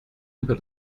über